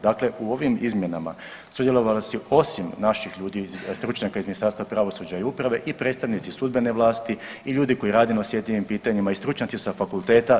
Dakle u ovim izmjenama sudjelovali su osim naših ljudi, stručnjaka iz Ministarstva pravosuđa i uprave i predstavnici sudbene vlasti i ljudi koji rade na osjetljivim pitanjima i stručnjaci sa fakulteta.